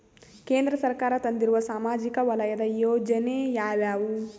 ಕೇಂದ್ರ ಸರ್ಕಾರ ತಂದಿರುವ ಸಾಮಾಜಿಕ ವಲಯದ ಯೋಜನೆ ಯಾವ್ಯಾವು?